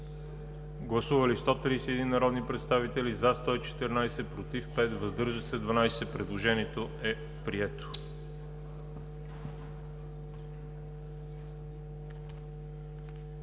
Гласували 131 народни представители: за 114, против 5, въздържали се 12. Предложението е прието.